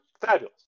Fabulous